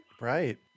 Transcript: Right